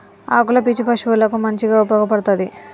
ఆకుల పీచు పశువులకు మంచిగా ఉపయోగపడ్తది